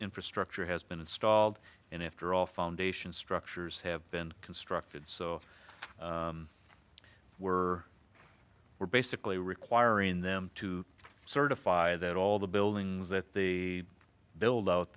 infrastructure has been installed and after all foundation structures have been constructed so we're we're basically requiring them to certify that all the buildings that they build out